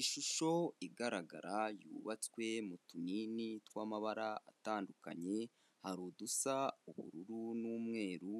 Ishusho igaragara yubatswe mu tunini tw'amabara atandukanye, hari udusa ubururu n'umweru,